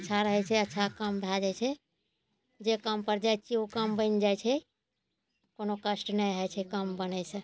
अच्छा रहै छै अच्छा काम भऽ जाइ छै जे काम परि जाइ छियै ओ काम बनि जाइ छै कोनो कष्ट नहि होइ छै काम बनै से